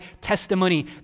testimony